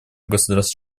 государств